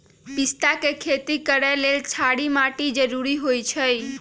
पिस्ता के खेती करय लेल क्षारीय माटी के जरूरी होई छै